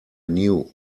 new